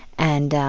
and